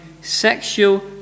sexual